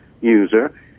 user